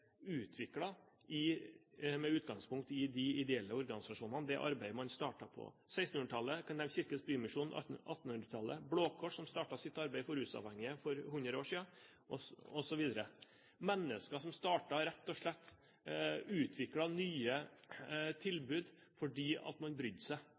er utviklet med utgangspunkt i de ideelle organisasjonene og det arbeidet man startet på 1600-tallet. Jeg kan nevne Kirkens Bymisjon på 1800-tallet og Blåkors, som startet sitt arbeid for rusavhengige for hundre år siden, osv. – mennesker som startet og rett og slett utviklet nye tilbud fordi man brydde seg.